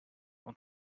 und